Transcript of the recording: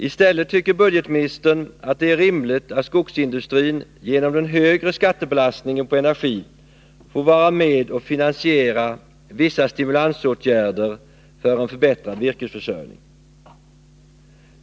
I stället tycker budgetministern att det är rimligt att skogsindustrin genom den högre skattebelastningen på energin får vara med och finansiera vissa stimulansåtgärder för en förbättrad virkesförsörjning.